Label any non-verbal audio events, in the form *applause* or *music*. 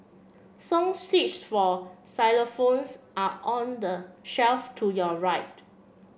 song *unintelligible* for xylophones are on the shelf to your right